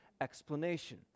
explanation